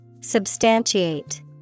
Substantiate